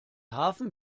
hafen